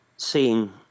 seeing